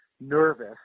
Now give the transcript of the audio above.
nervous